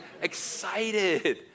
excited